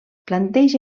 planteja